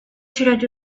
should